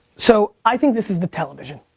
so, i think this is the television.